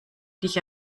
dich